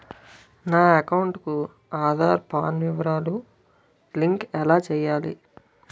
నా అకౌంట్ కు ఆధార్, పాన్ వివరాలు లంకె ఎలా చేయాలి?